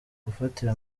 gufatira